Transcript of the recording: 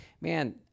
man